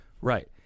Right